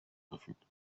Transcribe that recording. verfügt